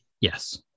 Yes